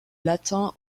latin